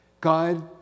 God